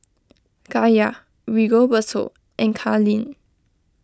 Kaya Rigoberto in Kalene